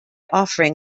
offering